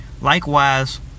Likewise